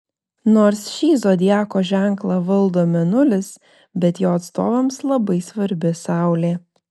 nors šį zodiako ženklą valdo mėnulis bet jo atstovams labai svarbi saulė